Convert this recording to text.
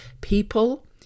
people